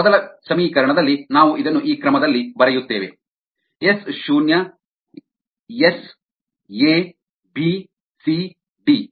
ನಮ್ಮ ಮೊದಲ ಸಮೀಕರಣದಲ್ಲಿ ನಾವು ಇದನ್ನು ಈ ಕ್ರಮದಲ್ಲಿ ಬರೆಯುತ್ತೇವೆ ಎಸ್ ಶೂನ್ಯ S A B C D